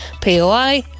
POI